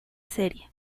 serie